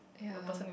ya